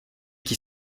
qui